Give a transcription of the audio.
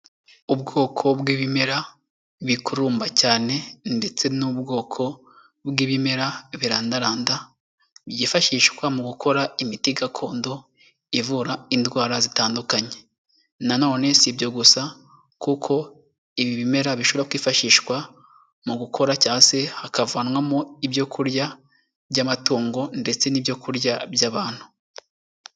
Ubwoko bw'ibimera bikurumba cyane ndetse n'ubwoko bw'ibimera birandaranda, byifashishwa mu gukora imiti gakondo ivura indwara zitandukanye na none si ibyo gusa, kuko ibi bimera bishobora kwifashishwa mu gukora cyangwa se hakavanwamo ibyo kurya by'amatungo ndetse n'ibyo kurya by'abantu.